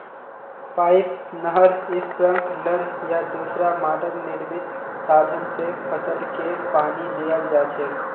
pipe, नहर, sprinkler या दूसरा मानव निर्मित साधन स फसलके पानी दियाल जा छेक